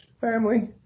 family